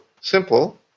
simple